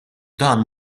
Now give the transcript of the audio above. dan